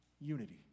Unity